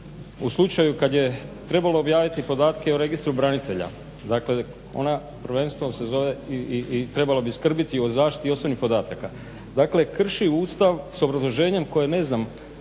u slučaju kad je trebalo objaviti podatke o Registru branitelja dakle ona prvenstvom se zove i trebala bi skrbiti o zaštiti osobnih podataka. Dakle krši Ustav s obrazloženjem koje ne znam